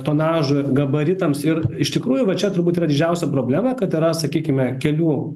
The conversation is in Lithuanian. tonažui ar gabaritams ir iš tikrųjų va čia turbūt yra didžiausia problema kad yra sakykime kelių